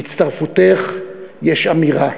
בהצטרפותך יש אמירה.